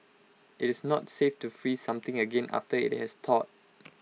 IT is not safe to freeze something again after IT has thawed